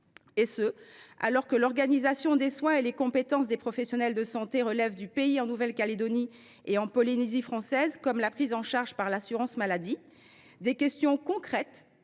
et ce alors que l’organisation des soins et les compétences des professionnels de santé relèvent du pays en Nouvelle Calédonie et en Polynésie française, comme la prise en charge par l’assurance maladie. Des questions concrètes